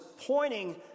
pointing